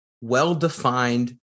well-defined